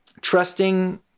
trusting